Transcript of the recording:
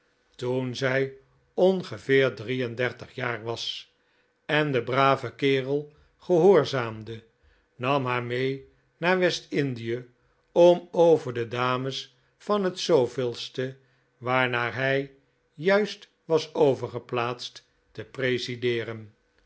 toen zij ongeveer drie en dertig jaar was en de brave kerel gehoorzaamde nam haar mee naar west-indie om over de dames van het de waarnaar hij juist was overgeplaatst te presideeren